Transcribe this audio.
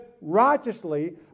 righteously